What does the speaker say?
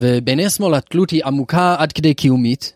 ובנסמו התלות היא עמוקה עד כדי קיומית.